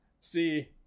See